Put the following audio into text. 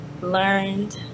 learned